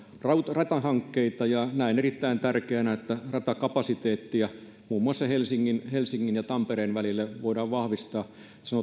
ratahankkeita ja näen erittäin tärkeänä että ratakapasiteettia muun muassa helsingin helsingin ja tampereen välille voidaan vahvistaa